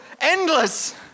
endless